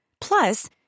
Plus